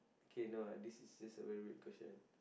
okay you know what this is a very rude queston